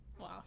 Wow